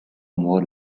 more